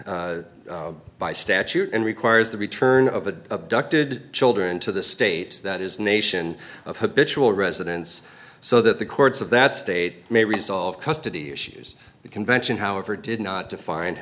by statute and requires the return of a ducted children to the state that is a nation of habitual residence so that the courts of that state may resolve custody issues the convention however did not define